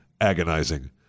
agonizing